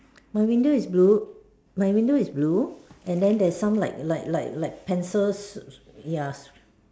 my window is blue my window is blue and then there's some like like like like pencil so ya